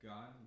God